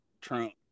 trunk